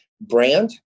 brand